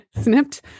snipped